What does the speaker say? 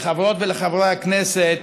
לחברות ולחברי הכנסת